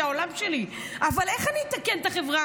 זה העולם שלי אבל איך אני אתקן את החברה